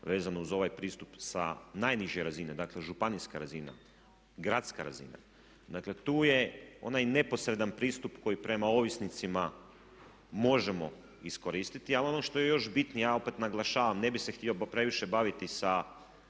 vezano uz ovaj pristup sa najniže razine, dakle županijska razina, gradska razina, dakle tu je onaj neposredan pristup koji prema ovisnicima možemo iskoristiti. Ali ono što je još bitnije, ja opet naglašavam ne bih se htio previše baviti sa